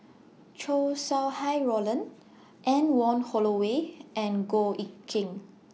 Chow Sau Hai Roland Anne Wong Holloway and Goh Eck Kheng